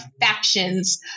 factions